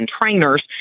trainers